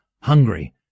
hungry